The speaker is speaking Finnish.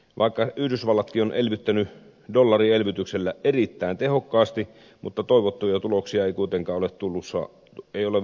vaikka yhdysvallatkin on elvyttänyt dollarielvytyksellä erittäin tehokkaasti toivottuja tuloksia ei kuitenkaan ole vielä saavutettu